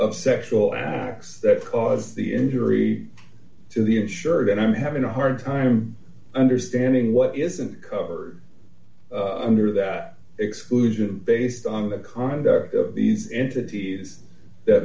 of sexual acts that cause the injury to the insured and i'm having a hard time understanding what isn't covered under that exclusion based on the conduct of these entities